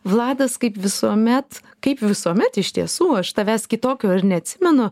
vladas kaip visuomet kaip visuomet iš tiesų aš tavęs kitokio ir neatsimenu